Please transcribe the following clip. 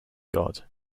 god